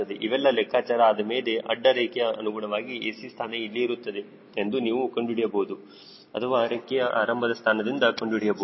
ಇವೆಲ್ಲ ಲೆಕ್ಕಾಚಾರ ಆದಮೇಲೆ ಅಡ್ಡ ರೇಖೆಯ ಅನುಗುಣವಾಗಿ AC ಸ್ಥಾನ ಎಲ್ಲಿ ಇರುತ್ತದೆ ಎಂದು ನೀವು ಕಂಡುಹಿಡಿಯಬಹುದು ಅಥವಾ ರೆಕ್ಕೆಯ ಆರಂಭದ ಸ್ಥಾನದಿಂದ ಕಂಡುಹಿಡಿಯಬಹುದು